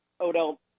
Odell